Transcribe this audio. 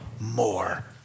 more